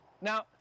Now